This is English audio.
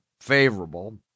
favorable